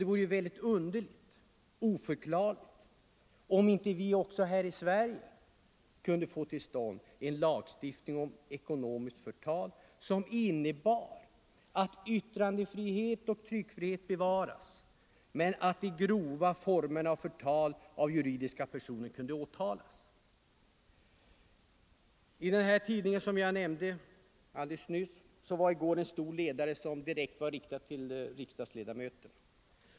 Det vore underligt om vi inte också här i Sverige kunde få till stånd en lagstiftning om ekonomiskt förtal som innebär att yttrandefrihet och tryckfrihet bevarades men att de grova formerna av förtal av juridiska personer kunde åtalas. I går hade tidningen Expressen en stor ledare som var direkt riktad mot riksdagsledamöterna.